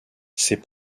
ces